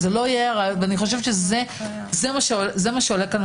זה באמת מאוד מאתגר.